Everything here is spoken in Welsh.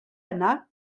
yna